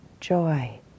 joy